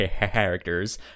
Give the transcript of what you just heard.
characters